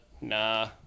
nah